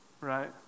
right